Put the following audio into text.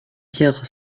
pierre